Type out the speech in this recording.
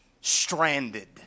stranded